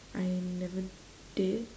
I never did